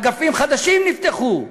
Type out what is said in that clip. אגפים חדשים נפתחו.